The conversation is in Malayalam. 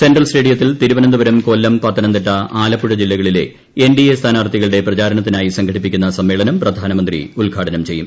സെൻട്രൽ സ്റ്റേഡിയത്തിൽ തിരുവനന്തപുരം കൊല്ലം പത്തനംതിട്ട ആലപ്പുഴ ജില്ലകളിലെ എൻ ഡി എ സ്ഥാനാർത്ഥികളുടെ പ്രചാരണത്തിനായി സംഘടിപ്പിക്കുന്ന സമ്മേളനം പ്രധാനമന്ത്രി ഉദ്ഘാടനം ചെയ്യും